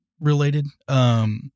related